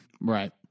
Right